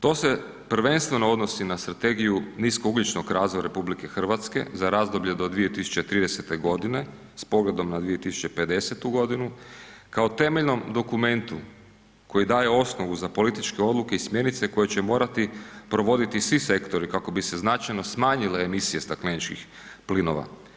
To se prvenstveno odnosi na strategiju niskougljičnog razvoja RH za razdoblje do 2030.g. s pogledom na 2050.g. kao temeljnom dokumentu koji daje osnovu za političke odluke i smjernice koje će morati provoditi svi sektori kako bi se značajno smanjile emisije stakleničkih plinova.